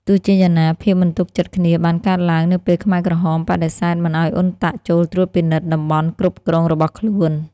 ទោះជាយ៉ាងណា ភាពមិនទុកចិត្តគ្នាបានកើតឡើង នៅពេលខ្មែរក្រហមបដិសេធមិនឱ្យអ៊ុនតាក់ចូលត្រួតពិនិត្យតំបន់គ្រប់គ្រងរបស់ខ្លួន។